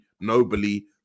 nobly